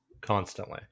Constantly